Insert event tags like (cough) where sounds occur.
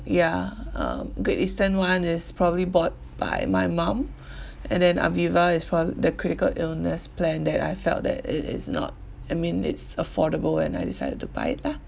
ya uh great eastern one is probably bought by my mum (breath) and then aviva is for the critical illness plan that I felt that it is not I mean it's affordable and I decided to buy it lah